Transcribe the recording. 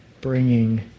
bringing